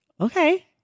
Okay